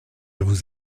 vous